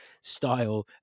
style